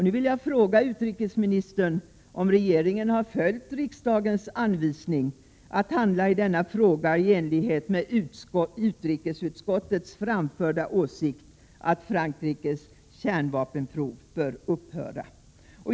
Nu vill jag fråga utrikesministern: Har regeringen följt riksdagens anvisning — att handla i denna fråga i enlighet med utrikesutskottets framförda åsikt att Frankrikes kärnvapenprov bör upphöra?